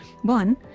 One